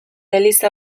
eliza